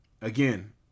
again